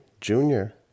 Junior